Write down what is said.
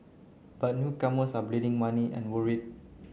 but newcomers are bleeding money and worried